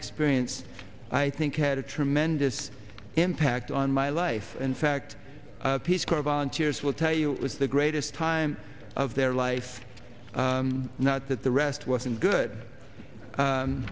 experience i think had a tremendous impact on my life in fact peace corps volunteers will tell you was the greatest time of their life not that the rest wasn't good